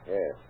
Yes